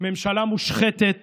ממשלה מושחתת